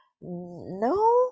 no